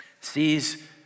sees